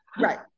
Right